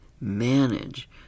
manage